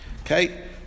Okay